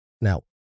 Now